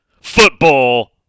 football